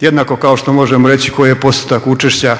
Jednako kao što možemo reći koji je postotak učešća